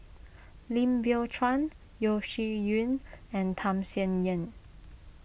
Lim Biow Chuan Yeo Shih Yun and Tham Sien Yen